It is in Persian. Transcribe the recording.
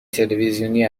تلویزیونی